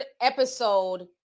episode